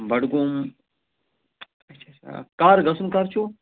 بَڈگوم اَچھا اَچھا کَر گژھُن کَر چھُو